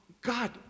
God